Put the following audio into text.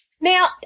Now